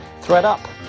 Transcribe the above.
ThreadUp